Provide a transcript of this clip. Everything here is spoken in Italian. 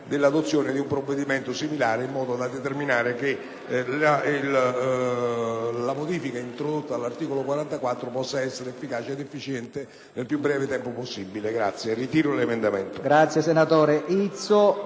dell’adozione di un provvedimento similare, in modo che la modifica introdotta all’articolo 44 possa diventare efficace ed efficiente nel piu` breve tempo possibile.